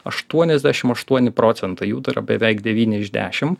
aštuoniasdešim aštuoni procentai jų dar beveik devyni iš dešim